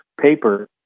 paper